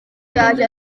yaje